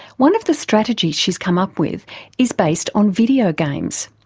one of the strategies she's come up with is based on video games.